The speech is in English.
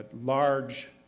large